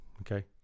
Okay